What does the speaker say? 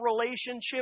relationship